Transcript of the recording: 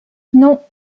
non